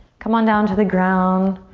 come on down to the ground.